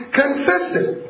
consistent